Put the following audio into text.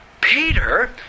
Peter